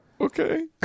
Okay